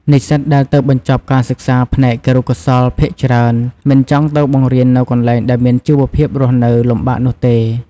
និស្សិតដែលទើបបញ្ចប់ការសិក្សាផ្នែកគរុកោសល្យភាគច្រើន មិនចង់ទៅបង្រៀននៅកន្លែងដែលមានជីវភាពរស់នៅលំបាកនោះទេ។